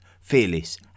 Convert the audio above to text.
fearless